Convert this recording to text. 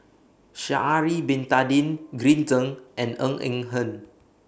Sha'Ari Bin Tadin Green Zeng and Ng Eng Hen